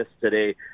today